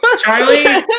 Charlie